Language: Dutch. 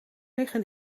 liggen